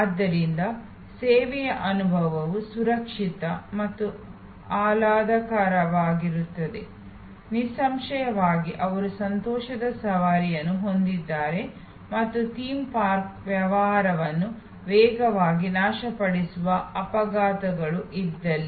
ಆದ್ದರಿಂದ ಸೇವೆಯ ಅನುಭವವು ಸುರಕ್ಷಿತ ಮತ್ತು ಆಹ್ಲಾದಕರವಾಗಿರುತ್ತದೆ ನಿಸ್ಸಂಶಯವಾಗಿ ಅವರು ಸಂತೋಷದ ಸವಾರಿಗಳನ್ನು ಹೊಂದಿದ್ದರೆ ಮತ್ತು ಥೀಮ್ ಪಾರ್ಕ್ ವ್ಯವಹಾರವನ್ನು ವೇಗವಾಗಿ ನಾಶಪಡಿಸುವ ಅಪಘಾತಗಳು ಇದ್ದಲ್ಲಿ